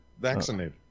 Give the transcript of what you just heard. Vaccinated